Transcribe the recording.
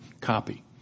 copy